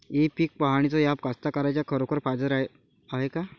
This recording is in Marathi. इ पीक पहानीचं ॲप कास्तकाराइच्या खरोखर फायद्याचं हाये का?